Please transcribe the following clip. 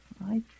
Right